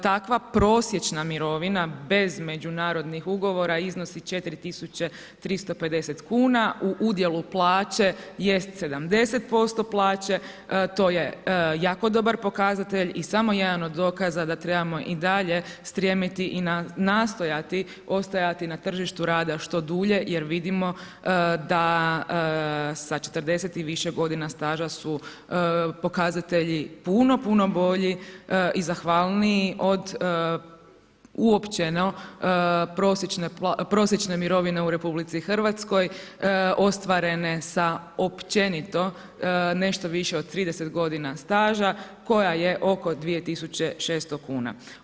Takva prosječna mirovina, bez međunarodnih ugovora iznosi 4350 kn u udjelu plaće jest 70% plaće to je jako dobar pokazatelj i samo jedan od dokaza da trebamo i dalje strijemiti i nastojati ostajati na tržištu rada što dulje jer vidimo da sa 40 i više godina staža su pokazatelji puno, puno bolji i zahvalniji od uopćeno prosječne mirovine u RH ostvarene sa općenito nešto više od 30 godina staža koja je oko 2600 kuna.